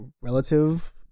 relative